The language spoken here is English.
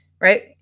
right